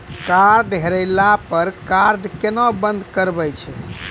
Card हेरैला पर card केना बंद करबै छै?